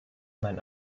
mein